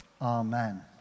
Amen